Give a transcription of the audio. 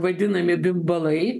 vadinami bimbalai